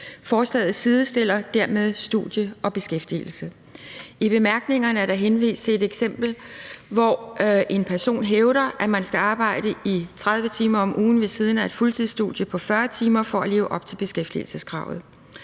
Forslaget sidestiller dermed studie og beskæftigelse. I bemærkningerne er der henvist til et eksempel, hvor en person hævder, at man skal arbejde i 30 timer om ugen ved siden af et fuldtidsstudie på 40 timer for at leve op til beskæftigelseskravet.